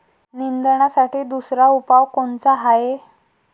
निंदनासाठी दुसरा उपाव कोनचा हाये?